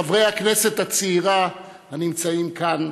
חברי הכנסת הצעירה הנמצאים כאן,